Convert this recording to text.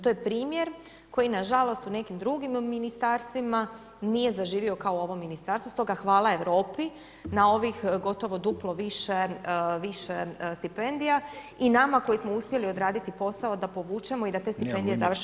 To je primjer, koji nažalost, u nekim drugim ministarstvima nije zaživio kao ovo ministarstvo, stoga hvala Europi, na ovih gotovo duplo više stipendija i nama koji smo uspjeli odraditi posao da povučemo i da te stipendije završe